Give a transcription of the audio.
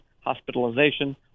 hospitalization